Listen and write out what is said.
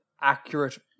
accurate